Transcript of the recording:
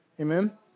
Amen